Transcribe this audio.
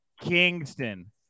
Kingston